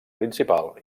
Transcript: principal